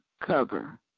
cover